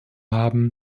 haben